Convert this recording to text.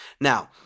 Now